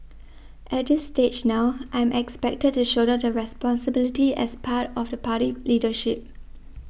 at this stage now I'm expected to shoulder the responsibility as part of the party leadership